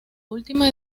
última